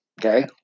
okay